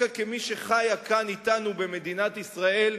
דווקא כמי שחיה כאן אתנו במדינת ישראל,